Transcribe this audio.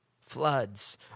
floods